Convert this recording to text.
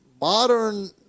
modern